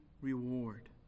reward